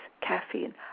caffeine